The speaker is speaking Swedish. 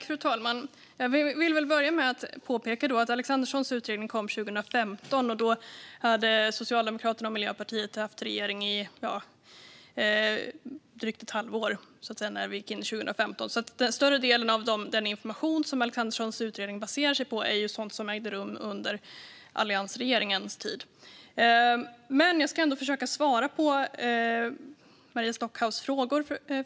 Fru talman! När Alexanderssons utredning kom 2015 hade Socialdemokraterna och Miljöpartiet suttit i regering i cirka ett halvår. Större delen av den information som hans utredning baserade sig på var alltså från alliansregeringens tid. Jag ska ändå försöka svara på Maria Stockhaus fråga.